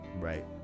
Right